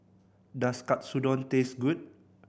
does Katsudon taste good